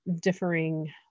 differing